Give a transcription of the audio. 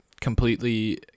completely